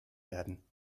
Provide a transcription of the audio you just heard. werden